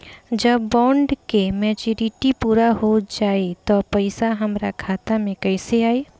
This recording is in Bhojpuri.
जब बॉन्ड के मेचूरिटि पूरा हो जायी त पईसा हमरा खाता मे कैसे आई?